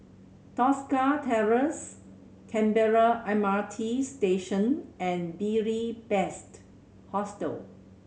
Tosca Terrace Canberra M R T Station and Beary Best Hostel